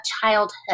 childhood